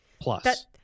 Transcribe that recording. plus